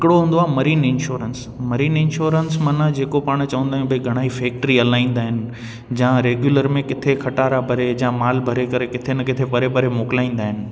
हिकिड़ो हूंदो आहे मरीन इंश्योरेंस मरीन इंश्योरेंस माना जेको पाण चवंदा आहियूं भई घणा ई फेक्ट्री हलाईंदा आहिनि या रेगुलर में किथे खटारा भरे या माल भरे करे किथे न किथे परे परे मोकलाईंदा आहिनि